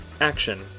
action